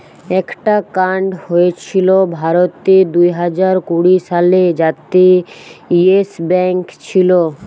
একটা কান্ড হয়েছিল ভারতে দুইহাজার কুড়ি সালে যাতে ইয়েস ব্যাঙ্ক ছিল